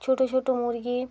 ছোট ছোট মুরগি